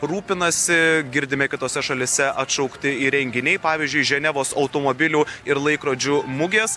rūpinasi girdime kitose šalyse atšaukti ir renginiai pavyzdžiui ženevos automobilių ir laikrodžių mugės